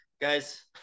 guys